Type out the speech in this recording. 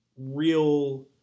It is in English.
Real